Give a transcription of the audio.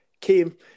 came